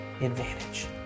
advantage